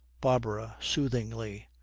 barbara, soothingly,